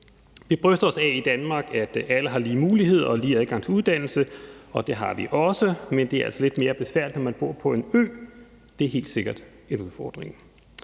Vi bryster os i Danmark af, at alle har lige muligheder og lige adgang til uddannelse, og det har vi også, men det er altså lidt mere besværligt, når man bor på en ø, det er helt sikkert en udfordring.